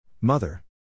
Mother